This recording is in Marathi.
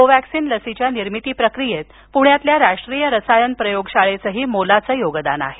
कोव्हॅक्सीन लसीच्या निर्मिती प्रक्रियेत पुण्यातील राष्ट्रीय रसायन प्रयोगशाळेचंही मोलाचं योगदान आहे